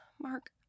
Mark